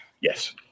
Yes